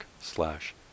slash